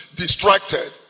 distracted